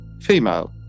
female